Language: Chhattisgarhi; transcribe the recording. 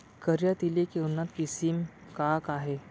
करिया तिलि के उन्नत किसिम का का हे?